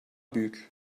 büyük